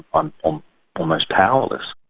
i'm um almost powerless.